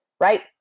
right